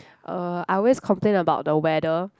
uh I always complain about the weather